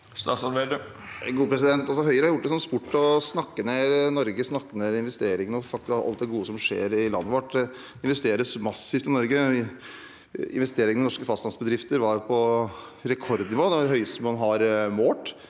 Høy- re har gjort det til en sport å snakke ned Norge, snakke ned investeringene og alt det gode som skjer i landet vårt. Det investeres massivt i Norge. Investeringene i norske fastlandsbedrifter var på rekordnivå i fjor. Det er det høyeste man har målt.